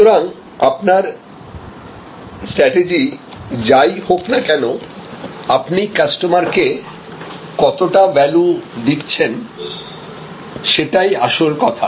সুতরাং আপনার স্ট্র্যাটেজি যাই হোক না কেন আপনি কাস্টমারকে কতটা ভ্যালু দিচ্ছেন সেটাই আসল কথা